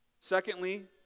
Secondly